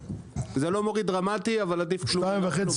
זה לא מוריד דרמטי, אבל עדיף מלא כלום.